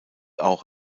auch